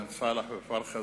בן סלאח ופרחה,